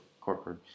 corporate